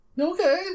Okay